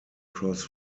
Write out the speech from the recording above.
cross